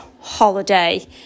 holiday